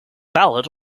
ballot